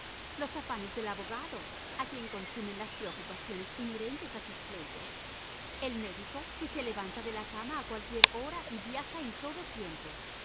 los afanes del abogado a quien consumen las preocupaciones inherentes a sus pleitos el médico que se levanta de la cama a cualquier hora y viaja en todo tiempo